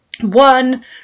one